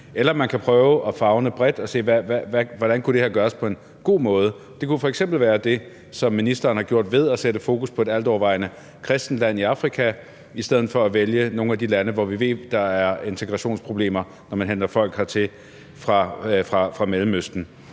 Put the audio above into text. eller man kan prøve at favne bredt og se på, hvordan det her kunne gøres på en god måde. Det kunne f.eks. være det, som ministeren har gjort ved at sætte fokus på et altovervejende kristent land i Afrika, i stedet for at vælge nogle af de lande, hvor vi ved der er integrationsproblemer, når man henter folk hertil fra Mellemøsten.